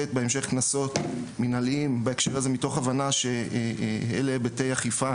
לתת בהמשך קנסות מינהליים מתוך הבנה שאלה היבטי אכיפה